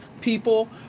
People